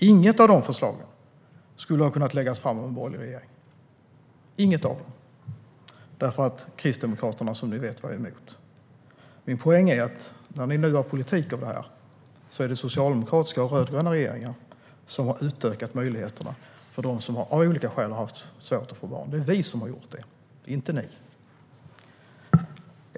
Inget av dessa förslag skulle ha kunnat läggas fram av en borgerlig regering, eftersom Kristdemokraterna, som ni vet, var emot. Min poäng är, när ni nu gör politik av det här, att det är socialdemokratiska och rödgröna regeringar som har utökat möjligheterna för dem som av olika skäl haft svårt att få barn. Det är vi som har gjort det, inte ni.